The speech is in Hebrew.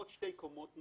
עוד שתי קומות.